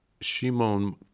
Shimon